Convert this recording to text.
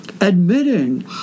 admitting